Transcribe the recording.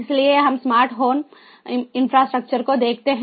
इसलिए हम smart home infrastructure को देखते हैं